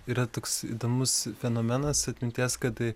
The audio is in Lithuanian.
yra toks įdomus fenomenas atminties kada